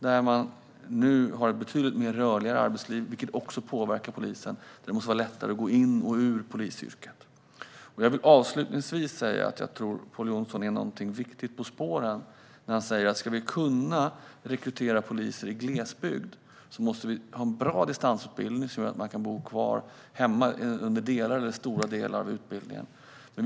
Nu är arbetslivet betydligt rörligare, vilket också påverkar polisen. Det måste bli lättare att gå in i och ut ur polisyrket. Jag vill avslutningsvis säga att jag tror att Pål Jonson är någonting viktigt på spåren när han säger att vi för att kunna rekrytera poliser i glesbygden måste ha en bra distansutbildning, som gör att man kan bo kvar hemma under delar av utbildningen.